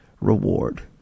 reward